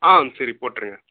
ஆ சரி போட்டிருங்க